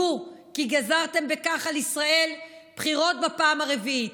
דעו כי גזרתם בכך על ישראל בחירות בפעם הרביעית.